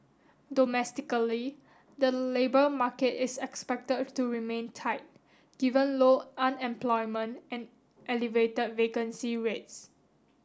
domestically the labour market is expected to remain tight given low unemployment and elevated vacancy rates